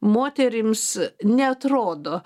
moterims neatrodo